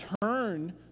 turn